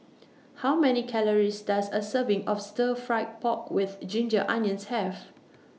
How Many Calories Does A Serving of Stir Fry Pork with Ginger Onions Have